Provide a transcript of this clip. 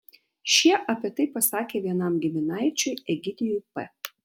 šie apie tai pasakė vienam giminaičiui egidijui p